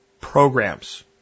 programs